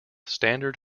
standard